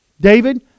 David